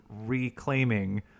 reclaiming